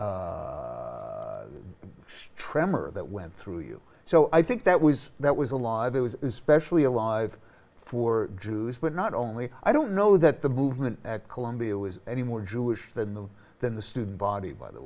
stremme or that went through you so i think that was that was alive it was especially alive for jews but not only i don't know that the movement at columbia was any more jewish than the than the student body by the